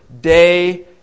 day